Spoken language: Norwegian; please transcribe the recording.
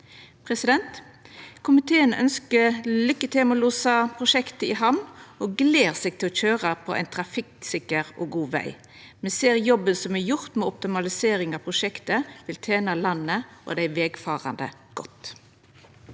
Komiteen ønskjer lykke til med å losa prosjektet i hamn og gler seg til å køyra på ein trafikksikker og god veg. Me ser at jobben som er gjord med optimalisering av prosjektet, vil tene landet og dei vegfarande godt.